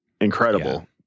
incredible